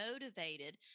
motivated